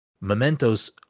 Mementos